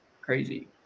crazy